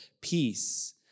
peace